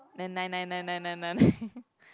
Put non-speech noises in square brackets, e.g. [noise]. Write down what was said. then nine nine nine nine nine [laughs]